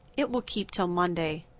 it will keep till monday.